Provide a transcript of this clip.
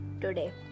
today